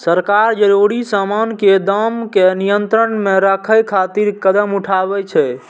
सरकार जरूरी सामान के दाम कें नियंत्रण मे राखै खातिर कदम उठाबै छै